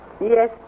Yes